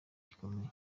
gikomeye